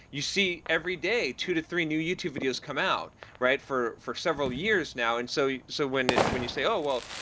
you see every day two to three new youtube videos come out for for several years now. and so so when when you say, oh, well,